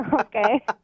Okay